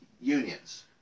unions